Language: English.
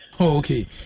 okay